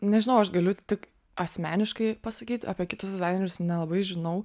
nežinau aš galiu tik asmeniškai pasakyt apie kitus dizainerius nelabai žinau